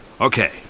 Okay